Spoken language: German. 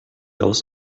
aus